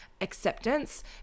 acceptance